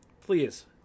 Please